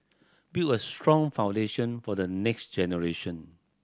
build a strong foundation for the next generation